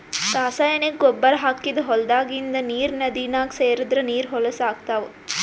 ರಾಸಾಯನಿಕ್ ಗೊಬ್ಬರ್ ಹಾಕಿದ್ದ್ ಹೊಲದಾಗಿಂದ್ ನೀರ್ ನದಿನಾಗ್ ಸೇರದ್ರ್ ನೀರ್ ಹೊಲಸ್ ಆಗ್ತಾವ್